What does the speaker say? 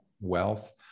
wealth